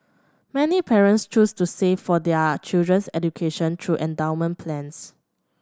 many parents choose to save for their children's education through endowment plans